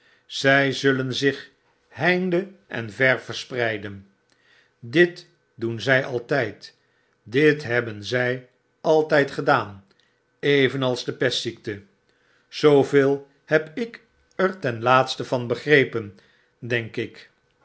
zy zullen zich heinde en ver verspreiden dit doen zy altijd dit hebben zy altyd gedaan evenals de pestziekte zooveel heb lk er ten laatste van beerrepen denk ik